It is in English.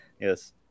Yes